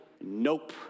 Nope